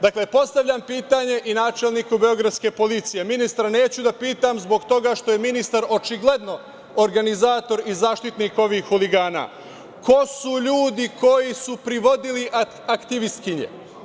Dakle, postavljam pitanje i načelniku beogradske policije, ministra neću da pitam, zbog toga što je ministar očigledno organizator i zaštitnik ovih huligana, ko su ljudi koji su privodili aktivistkinje?